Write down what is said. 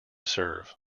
serve